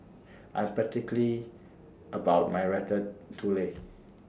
I Am particular about My Ratatouille